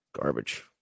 Garbage